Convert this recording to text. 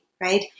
right